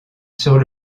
sur